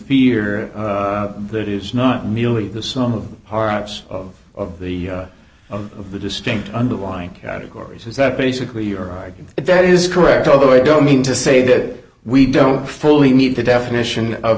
fear that is not merely the sum of our apps of the of the distinct underlying categories is that basically you're right that is correct although i don't mean to say that we don't fully meet the definition of